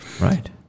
right